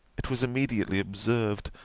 it was immediately observed,